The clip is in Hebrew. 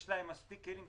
שיש להן מספיק כלים,